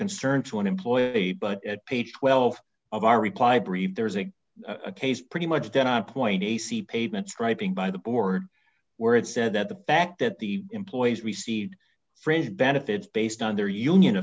concern to an employer but at page twelve of our reply brief there's a case pretty much done on point a see pavement striping by the board where it said that the fact that the employees received fringe benefits based on